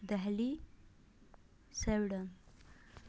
Delhi Sweden